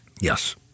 Yes